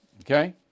Okay